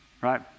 right